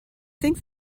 think